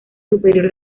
superior